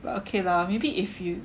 but okay lah maybe if you